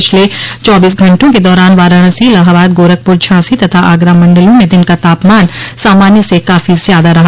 पिछले चौबीस घंटों के दौरान वाराणसी इलाहाबाद गोरखपुर झांसी तथा आगरा मंडलों म दिन का तापमान सामान्य से काफी ज्यादा रहा